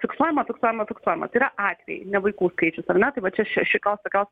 fiksuojama fiksuojama fiksuojama tai yra atvejai ne vaikų skaičius ar ne tai vat čia šia šitos tokios